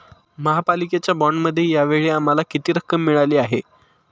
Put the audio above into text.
महापालिकेच्या बाँडमध्ये या वेळी आम्हाला किती रक्कम मिळाली आहे?